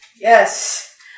Yes